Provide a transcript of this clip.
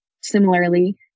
similarly